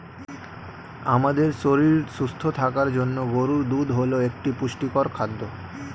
আমাদের শরীর সুস্থ রাখার জন্য গরুর দুধ হল একটি পুষ্টিকর খাদ্য